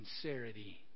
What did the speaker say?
sincerity